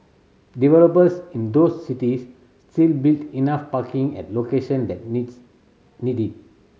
developers in those cities still build enough parking at location that needs need it